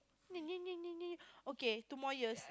okay two more years